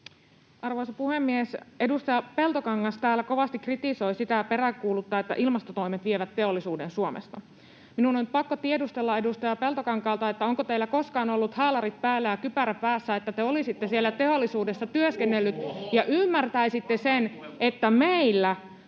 Arvoisa puhemies! Edustaja Peltokangas täällä kovasti kritisoi ja peräänkuuluttaa sitä, että ilmastotoimet vievät teollisuuden Suomesta. Minun on nyt pakko tiedustella edustaja Peltokankaalta, onko teillä koskaan ollut haalarit päällä ja kypärä päässä niin, [Mauri Peltokangas: On ollut!] että te olisitte siellä